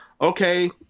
okay